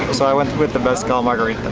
so i went with the mezcal margarita.